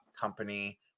company